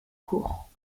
courts